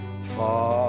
far